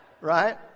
Right